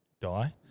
die